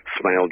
Smile